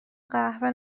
قهوه